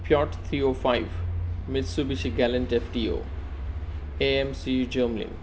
Peugeot three o five Mitsubishi Galant A M C Gremlin